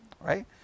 right